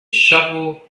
shovel